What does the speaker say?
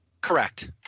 Correct